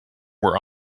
were